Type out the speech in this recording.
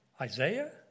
Isaiah